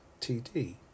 TD